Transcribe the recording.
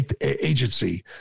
agency